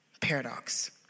Paradox